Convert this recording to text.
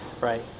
right